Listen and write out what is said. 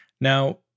Now